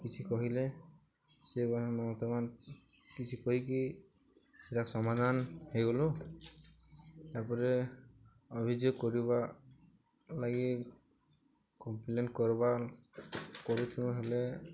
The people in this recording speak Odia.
କିଛି କହିଲେ ସେ ବର୍ତ୍ତମାନ କିଛି କହିକି ସେଟା ସମାଧାନ ହେଇଗଲୁ ତା'ପରେ ଅଭିଯୋଗ କରିବା ଲାଗି କମ୍ପ୍ଲେନ୍ କରିବା କରୁଥୁ ହେଲେ